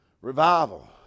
Revival